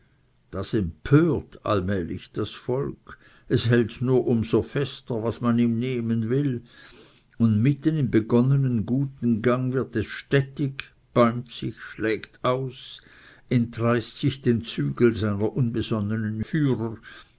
das empört allmählich das volk es hält nur um so fester was man ihm nehmen will und mitten im begonnenen guten gang wird es stettig bäumt sich schlägt aus entreißt sich den zügeln seiner unbesonnenen führer